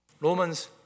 Romans